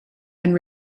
and